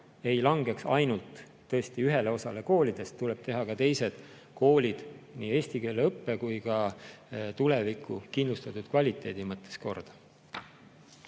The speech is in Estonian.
ei langeks ainult ühele osale koolidest, tuleb teha ka teised koolid nii eesti keele õppe kui ka tuleviku kindlustatud kvaliteedi mõttes korda.